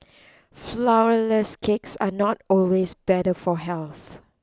Flourless Cakes are not always better for health